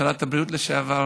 שרת הבריאות לשעבר,